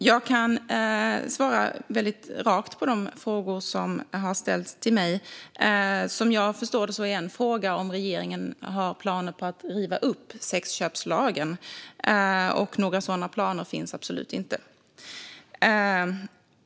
Fru talman! Jag kan svara rakt på de frågor som har ställts till mig. Som jag förstår det var en fråga om regeringen har planer på att riva upp sexköpslagen. Några sådana planer finns absolut inte.